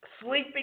sleeping